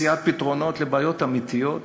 מציאת פתרונות לבעיות אמיתיות,